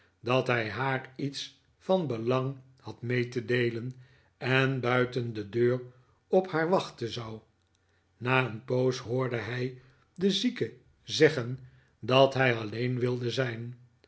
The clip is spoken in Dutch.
dat hij haar iets van belang had mee te deelen en buiten de deur od haar wachten zou na een poos hoorde hij den zieke zeggen dat hij alleen wilde zijn